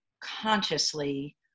consciously